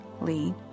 Lee